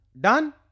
Done